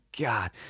God